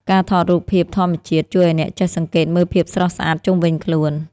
ការថតរូបភាពធម្មជាតិ ជួយឱ្យអ្នកចេះសង្កេតមើលភាពស្រស់ស្អាតជុំវិញខ្លួន។